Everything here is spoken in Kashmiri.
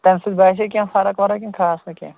تمہِ سۭتۍ باسے کیٚنٛہہ فرق ورق کِنہٕ خاص نہٕ کیٚنٛہہ